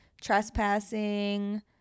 trespassing